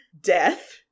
death